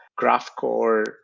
Graphcore